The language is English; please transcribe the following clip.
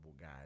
guy